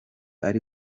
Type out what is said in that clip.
ari